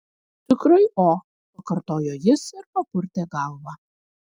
tikrai o pakartojo jis ir papurtė galvą